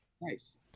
Nice